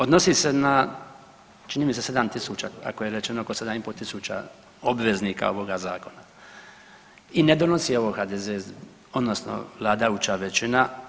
Odnosi se na čini mi se 7 tisuća tako je rečeno, oko 7,5 tisuća obveznika ovog zakona i ne donosi ovo HDZ odnosno vladajuća većina.